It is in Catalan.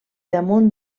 damunt